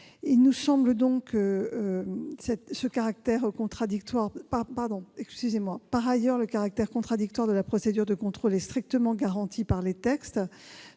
Par ailleurs, le caractère contradictoire de la procédure de contrôle est strictement garanti par les textes,